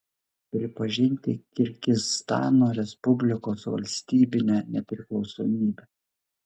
pripažinti kirgizstano respublikos valstybinę nepriklausomybę